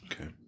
Okay